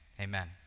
amen